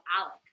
ALEC